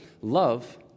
love